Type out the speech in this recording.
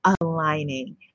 aligning